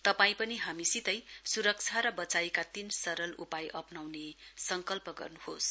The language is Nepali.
तपाई पनि हामीसितै सुरक्षा र वचाइका तीन सरल उपाय अप्नाउने संकल्प गर्नुहोस